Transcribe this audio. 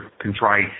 contrite